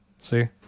See